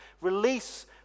Release